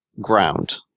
ground